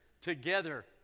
together